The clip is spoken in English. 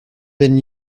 been